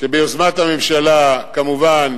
שביוזמת הממשלה כמובן